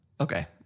Okay